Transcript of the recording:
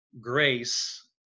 grace